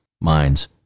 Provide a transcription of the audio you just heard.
minds